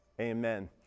Amen